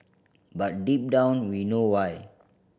but deep down we know why